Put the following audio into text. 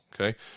okay